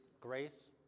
grace